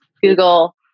Google